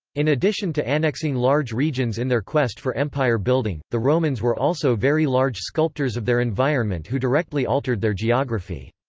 in addition to annexing large regions in their quest for empire-building, the romans were also very large sculptors of their environment who directly altered their geography.